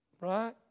Right